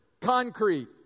concrete